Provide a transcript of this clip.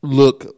look